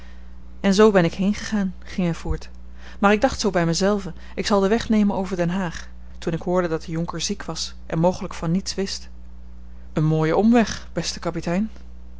en z ben ik heengegaan ging hij voort maar ik dacht zoo bij me zelve ik zal den weg nemen over den haag toen ik hoorde dat de jonker ziek was en mogelijk van niets wist een mooie omweg beste kapitein